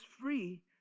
free